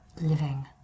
living